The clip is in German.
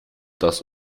das